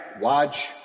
Watch